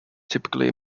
typically